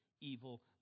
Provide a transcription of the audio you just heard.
evil